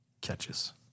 catches